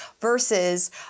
versus